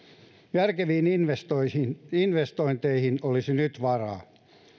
järkeviin investointeihin investointeihin olisi nyt varaa